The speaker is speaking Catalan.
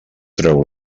treu